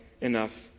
enough